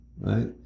right